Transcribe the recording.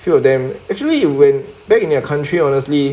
few of them actually when back in their country honestly